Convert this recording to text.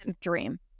dream